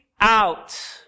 out